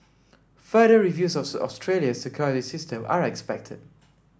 further reviews of Australia's security system are expected